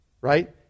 right